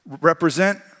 represent